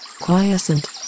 quiescent